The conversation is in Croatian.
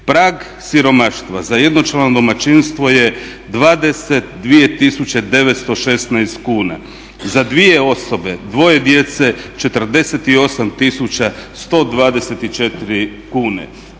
Prag siromaštva za jednočlano domaćinstvo je 22 tisuće 916 kuna. Za dvije osobe, dvoje djece 48 124 kune.